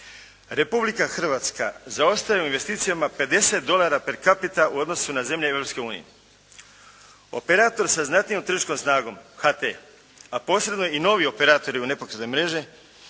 Republika Hrvatska zaostaje u investicijama 50 dolara per capital u odnosu na zemlje Europske unije. Operator sa znatnijom tržišnom snagom, HT, a posebno i novi operatori …/Govornik se